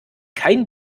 kein